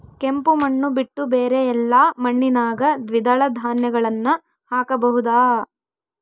ಕೆಂಪು ಮಣ್ಣು ಬಿಟ್ಟು ಬೇರೆ ಎಲ್ಲಾ ಮಣ್ಣಿನಾಗ ದ್ವಿದಳ ಧಾನ್ಯಗಳನ್ನ ಹಾಕಬಹುದಾ?